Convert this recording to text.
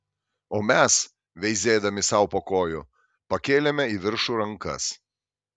o mes veizėdami sau po kojų pakėlėme į viršų rankas